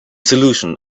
solution